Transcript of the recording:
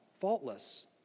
faultless